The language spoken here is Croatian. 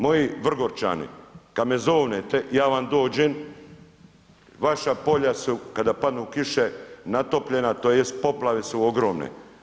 Moji Vrgorčani, kada me zovnete, ja vam dođem, vaša polja su kada padnu kiše natopljena, tj. poplave su ogromne.